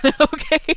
okay